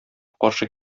каршы